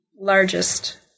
largest